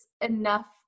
enough